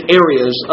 areas